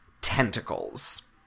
tentacles